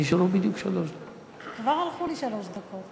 נצביע הצבעה אלקטרונית על הצעת הרשימה המשותפת: